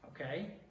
okay